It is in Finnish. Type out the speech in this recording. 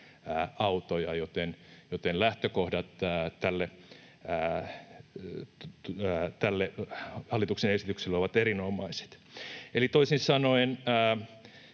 autoja, joten lähtökohdat tälle hallituksen esitykselle ovat erinomaiset. Eli toisin sanoen,